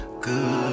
good